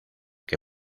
que